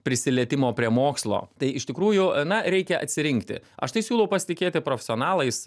prisilietimo prie mokslo tai iš tikrųjų na reikia atsirinkti aš tai siūlau pasitikėti profesionalais